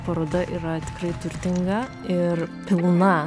paroda yra tikrai turtinga ir pilna